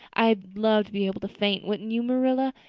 i'd love to be able to faint, wouldn't you, marilla?